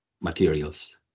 materials